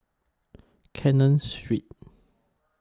Canton Street